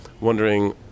wondering